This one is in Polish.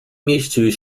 mieścił